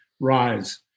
Rise